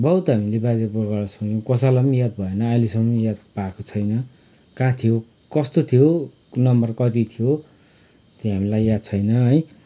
बहुत हामीले बाजे पुर्खाकोबाट सुन्यौ कसैलाई पनि याद भएन अहिलेसम्म याद भएको छैन कहाँ थियो कस्तो थियो नम्बर कति थियो त्यो हामीलाई याद छैन है